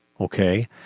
okay